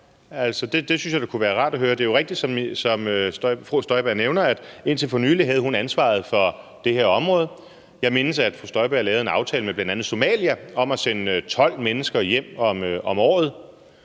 det synes jeg da kunne være rart at høre. Det er jo rigtigt, som fru Støjberg nævner, at indtil for nylig havde hun ansvaret for det her område. Jeg mindes, at fru Støjberg lavede en aftale med bl.a. Somalia om at sende 12 mennesker hjem om året